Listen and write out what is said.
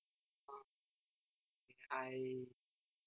um okay I